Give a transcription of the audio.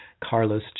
carlos